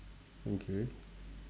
okay